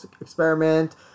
experiment